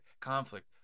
conflict